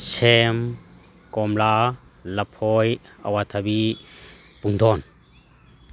ꯁꯦꯝ ꯀꯣꯝꯂꯥ ꯂꯐꯣꯏ ꯑꯋꯥꯊꯥꯕꯤ ꯄꯨꯡꯗꯣꯟ